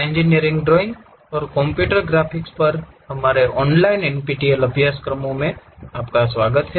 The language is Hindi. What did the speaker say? इंजीनियरिंग ड्राइंग और कंप्यूटर ग्राफिक्स पर हमारे ऑनलाइन NPTEL ऑनलाइन प्रमाणपत्र पाठ्यक्रमों में आपका स्वागत है